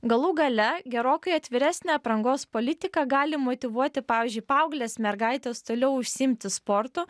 galų gale gerokai atviresnė aprangos politika gali motyvuoti pavyzdžiui paauglės mergaitės toliau užsiimti sportu